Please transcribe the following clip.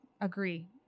agree